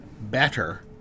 better